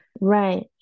Right